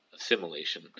assimilation